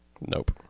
Nope